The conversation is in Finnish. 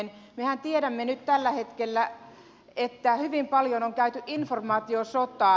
mehän tiedämme nyt tällä hetkellä että hyvin paljon on käyty informaatiosotaa